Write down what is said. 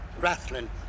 Rathlin